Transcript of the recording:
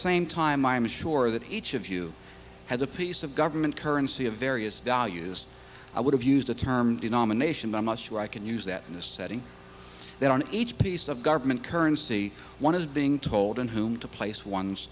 same time i'm sure that each of you has a piece of government currency of various doll use i would have used the term the nomination by must sure i can use that in this setting that on each piece of government currency one is being told on whom to place one's